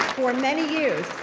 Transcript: for many years,